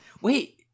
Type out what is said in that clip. Wait